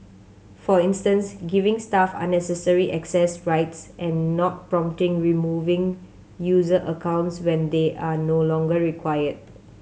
for instance giving staff unnecessary access rights and not promptly removing user accounts when they are no longer required